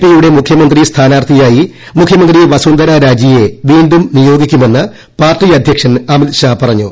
പിയുടെ മുഖ്യമന്ത്രി സ്ഥാനാർത്ഥിയായി മുഖ്യമന്ത്രി വസുന്ധര രാജിയെ വീണ്ടും നിയോഗിക്കുമെന്ന് പാർട്ടി അദ്ധ്യക്ഷൻ അമിത്ഷാ പറഞ്ഞു